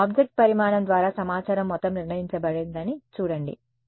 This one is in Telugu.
లేదు ఆబ్జెక్ట్ పరిమాణం ద్వారా సమాచారం మొత్తం నిర్ణయించబడిందని చూడండి